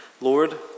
Lord